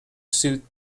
suit